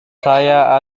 saya